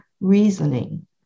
reasoning